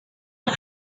but